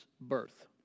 birth